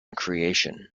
creation